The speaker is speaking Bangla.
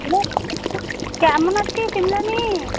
হ্যালো কেমন আছিস ইন্দ্রাণী